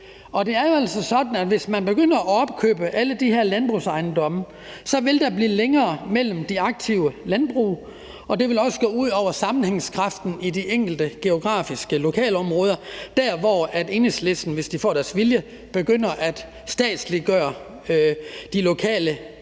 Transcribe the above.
Det er jo altså sådan, at hvis man begynder at opkøbe alle de her landbrugsejendomme, så vil der blive længere mellem de aktive landbrug, og det vil også gå ud over sammenhængskraften i de enkelte geografiske lokalområder, altså der, hvor Enhedslisten, hvis de får deres vilje, begynder at statsliggøre de lokale